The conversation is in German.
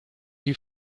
die